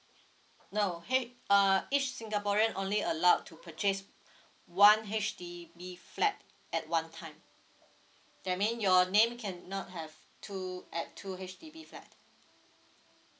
no H uh each singaporean only allowed to purchase one H_D_B flat at one time that mean your name can not have two at two H_D_B flat